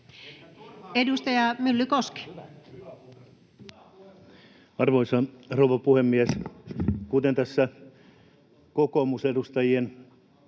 Edustaja Myllykoski. Arvoisa rouva puhemies! Kuten tässä kokoomusedustajienkin puolelta